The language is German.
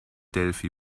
delphi